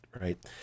right